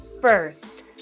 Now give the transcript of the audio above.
first